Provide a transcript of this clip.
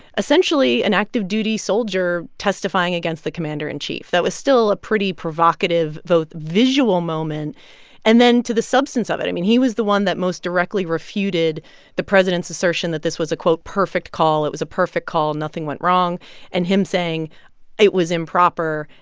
essentially an active duty soldier testifying against the commander in chief. that was still a pretty provocative visual moment and then to the substance of it i mean, he was the one that most directly refuted the president's assertion that this was a, quote, perfect call, it was a perfect call, nothing went wrong and him saying it was improper.